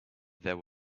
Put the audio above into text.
there